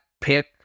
pick